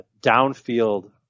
downfield